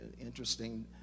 interesting